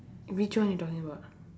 which one you talking about